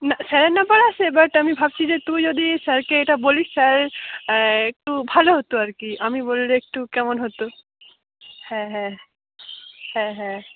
না স্যারের নাম্বার আছে বাট আমি ভাবছি যে তুই যদি স্যারকে এটা বলিস স্যার একটু ভালো হতো আর কি আমি বললে একটু কেমন হতো হ্যাঁ হ্যাঁ হ্যাঁ হ্যাঁ